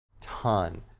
ton